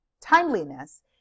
timeliness